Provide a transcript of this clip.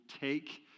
take